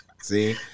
see